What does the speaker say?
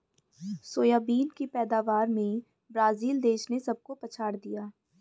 soybean की पैदावार में ब्राजील देश ने सबको पछाड़ दिया